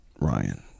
ryan